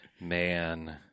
Man